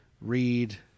read